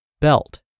belt